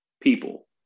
people